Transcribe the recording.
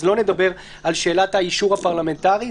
אז לא נדבר על שאלת האישור הפרלמנטרי,